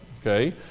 Okay